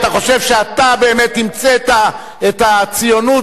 אתה חושב שאתה באמת המצאת את הציונות,